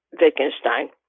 Wittgenstein